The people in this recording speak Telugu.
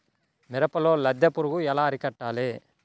మిరపలో లద్దె పురుగు ఎలా అరికట్టాలి?